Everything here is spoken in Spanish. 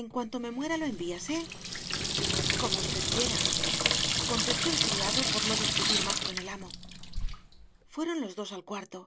en cuanto me muera lo envías eh como usted quieracontestó el criado por no discutir más con el amo fueron los dos al cuarto